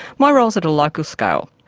my role is at a local scale.